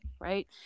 right